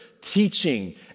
teaching